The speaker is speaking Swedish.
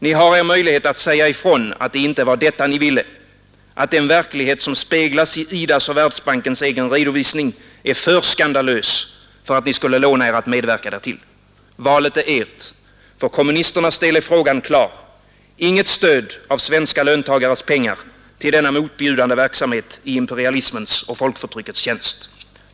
Ni har er möjlighet att säga ifrån att det inte var detta ni ville, att den verklighet som speglas i IDA:s och Världsbankens egen redovisning är för skandalös för att ni skulle låna er att medverka därtill. Valet är ert. För kommunisternas del är saken klar: inget stöd av svenska löntagares pengar till denna motbjudande verksamhet i imperialismens och folkförtryckets tjänst.